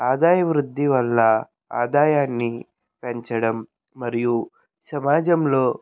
ఆదాయవృద్ది వల్ల ఆదాయాన్ని పెంచడం మరియు సమాజంలో